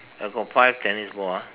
I got five tennis ball ah